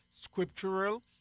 scriptural